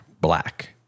black